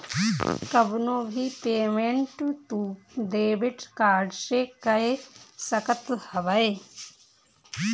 कवनो भी पेमेंट तू डेबिट कार्ड से कअ सकत हवअ